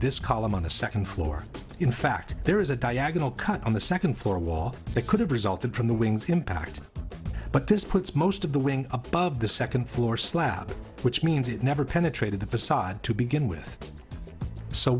this column on the second floor in fact there is a diagonal cut on the second floor wall that could have resulted from the wings impact but this puts most of the wing above the second floor slab which means it never penetrated the facade to begin with so